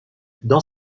dans